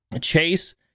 Chase